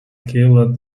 killed